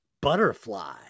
Butterfly